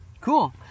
Cool